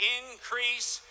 increase